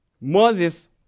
Moses